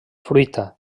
fruita